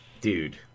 Dude